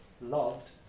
loved